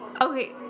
Okay